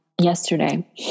yesterday